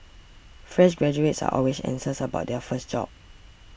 fresh graduates are always anxious about their first job